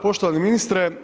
Poštovani ministre.